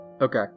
Okay